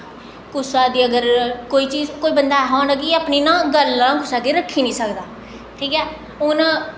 कुसा दी अगर कोई चीज कोई बंदा ऐसा होना कि अपनी गल्ल नां कुसै अग्गें रक्खी नेईं सकदा ठीक ऐ हून